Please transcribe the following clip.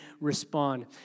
respond